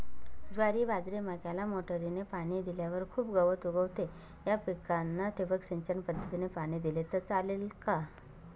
ज्वारी, बाजरी, मक्याला मोटरीने पाणी दिल्यावर खूप गवत उगवते, या पिकांना ठिबक सिंचन पद्धतीने पाणी दिले तर चालेल का?